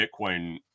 Bitcoin